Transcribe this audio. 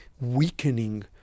weakening